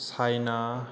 China